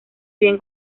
bien